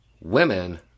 Women